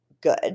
good